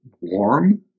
warm